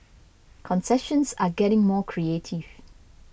concessions are getting more creative